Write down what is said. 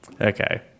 okay